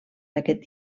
d’aquest